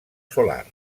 solar